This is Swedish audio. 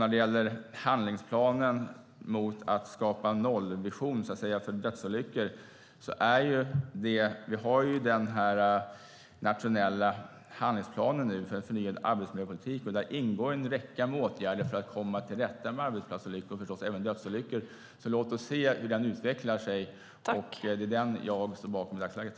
När det gäller handlingsplanen mot att skapa en nollvision för dödsolyckor har vi den nationella handlingsplanen för en förnyad arbetsmiljöpolitik, och där ingår en räcka åtgärder för att komma till rätta med arbetsplatsolyckor och då förstås även dödsolyckor. Låt oss se hur den utvecklar sig! Det är den jag står bakom i dagsläget.